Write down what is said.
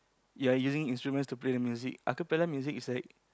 you're using instruments to play the music acapella music is like